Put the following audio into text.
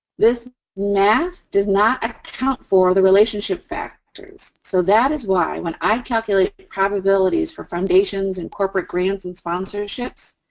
this math does not account for the relationship factors. so, that is why when i calculate probabilities for foundations and corporate grants and sponsorships,